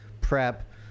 prep